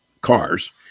cars